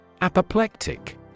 Apoplectic